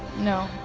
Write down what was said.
no,